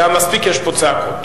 מספיק יש פה צעקות.